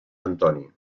antoni